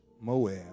Moab